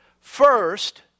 First